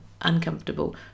uncomfortable